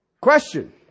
Question